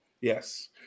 Yes